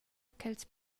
ch’els